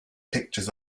pictures